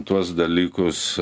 tuos dalykus